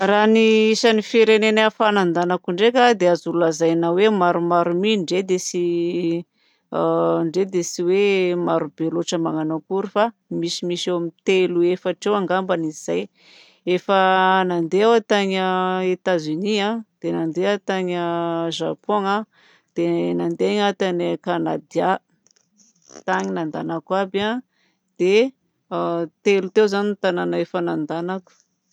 Raha ny isan'ny firenena efa nandehanako ndraika dia azo lazaina hoe maromaro mi ndre dia tsy ndre dia tsy hoe marobe loatra managno akory fa misy eo amin'ny telo efatra eo ngambany izy zay efa nandeha aho tany Etats-Unis dia nandeha aho tany Japon dia tany Canada tany nandehanako aby. Dia misy telo eo zany tanàna efa nandehanako.